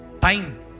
Time